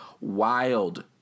wild